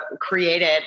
created